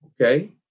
Okay